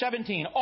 17